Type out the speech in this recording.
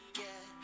get